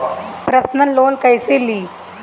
Personal loan कैसे ली?